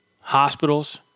hospitals